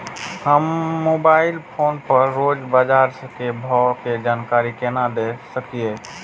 हम mobile phone पर रोज बाजार के भाव के जानकारी केना ले सकलिये?